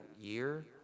year